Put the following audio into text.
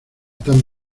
tan